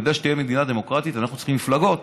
וכדי שתהיה מדינה דמוקרטית אנחנו צריכים מפלגות.